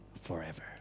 forever